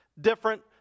different